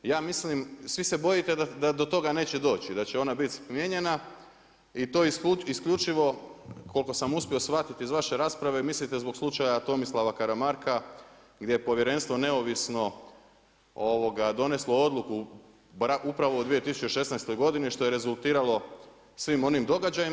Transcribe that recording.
Ja mislim, svi se bojite da do toga neće doći, da će ona biti smijenjena i to isključivo koliko sam uspio shvatiti iz vaše rasprave, mislite zbog slučaja Tomislava Kramarka gdje je povjerenstvo neovisno doneslo odluku upravo u 2016. godini što je rezultiralo svim onim događajima.